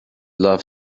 love